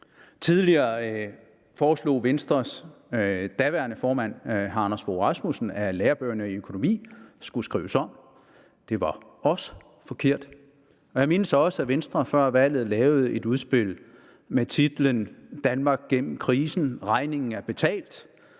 Tidligere foreslog Venstres daværende formand, hr. Anders Fogh Rasmussen, at lærebøgerne i økonomi skulle skrives om. Det var også forkert. Jeg mindes også, at Venstre før valget lavede et udspil med titlen »Danmark ud af krisen – regningen betalt«.